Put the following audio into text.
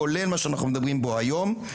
כולל מה שאנחנו מדברים בו היום,